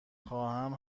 خواهم